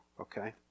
okay